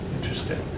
Interesting